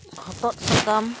ᱦᱚᱛᱚᱫ ᱥᱟᱠᱟᱢ